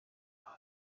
aba